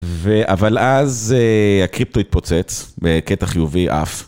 אבל אז הקריפטו התפוצץ בקטע חיובי עף